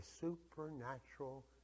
supernatural